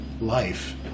life